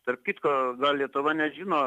tarp kitko gal lietuva nežino